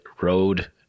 Road